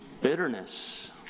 Bitterness